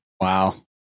Wow